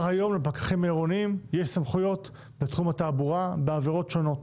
היום לפקחים עירוניים יש סמכויות בתחום התעבורה בעבירות שונות.